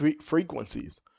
frequencies